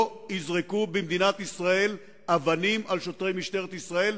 לא יזרקו במדינת ישראל אבנים על שוטרי משטרת ישראל.